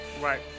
Right